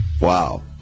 Wow